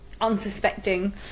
unsuspecting